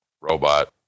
robot